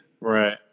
Right